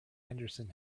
henderson